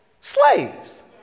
slaves